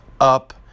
up